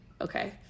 Okay